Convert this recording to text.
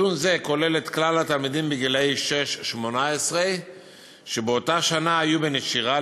נתון זה כולל את כלל התלמידים בגיל 6 18 שבאותה שנה היו בנשירה,